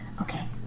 Okay